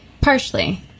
Partially